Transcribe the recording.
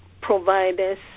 providers